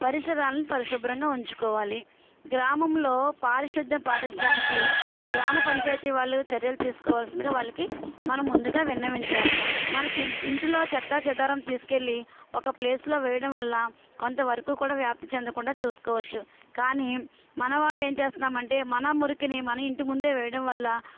పరిసరాలను పరిశుభ్రంగా ఉంచుకోవాలి గ్రామంలో పారిశుధ్యం పాటించడానికి గ్రామ పంచాయతీ వాళ్ళు చర్యలు తీసుకోవాల్సిందిగా వాళ్ళకి మనం ముందుగా విన్నవించాలి మన ఇంటిలో చెత్తాచెదారం తీసుకెళ్ళి ఒక ప్లేస్లో వేయడం వల్ల కొంతవరకు కూడా వ్యాప్తి చెందకుండా చూసుకోవచ్చు కానీ మనవాళ్ళు ఏం చేస్తున్నామంటే మన మురికిని మన ఇంటి ముందే వేయడం వల్ల